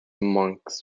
monks